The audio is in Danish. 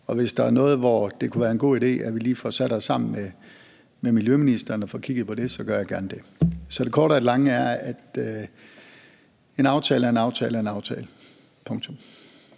Og hvis der er noget, hvor det kunne være en god idé, at vi lige får sat os sammen med miljøministeren og får kigget på det, så gør jeg gerne det. Så det korte af det lange er, at en aftale er en aftale